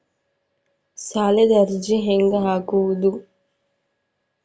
ಸಾಲದ ಅರ್ಜಿ ಹೆಂಗ್ ಹಾಕುವುದು?